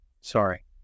Sorry